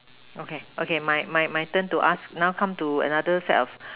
okay okay my my my turn to ask now come to another set of